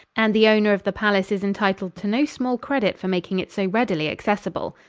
and the owner of the palace is entitled to no small credit for making it so readily accessible.